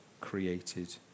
created